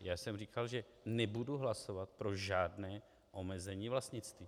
Já jsem říkal, že nebudu hlasovat pro žádné omezení vlastnictví.